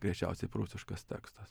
greičiausiai prūsiškas tekstas